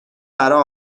برا